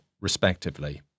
respectively